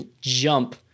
jump